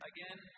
Again